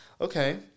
Okay